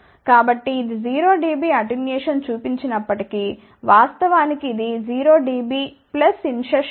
కాబట్టి ఇది 0 dB attenuation చూపించినప్పటికీ వాస్తవానికి ఇది 0 dB ఇన్సెర్షన్ లాస్ 3